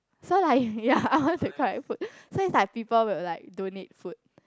so like yea I want to collect food so it's like people will like donate food